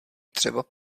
třeba